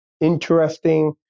interesting